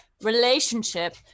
relationship